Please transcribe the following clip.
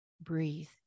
breathe